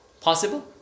Possible